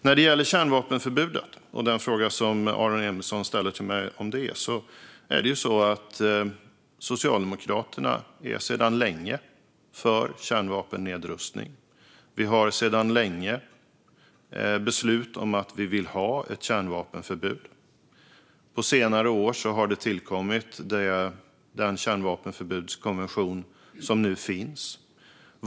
När det gäller kärnvapenförbudet och den fråga som Aron Emilsson ställer till mig om det är det ju så att Socialdemokraterna sedan länge är för kärnvapennedrustning. Vi har sedan länge beslut om att vi vill ha ett kärnvapenförbud. På senare år har den kärnvapenförbudskonvention som nu finns tillkommit.